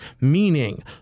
meaning